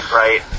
right